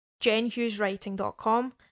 jenhugheswriting.com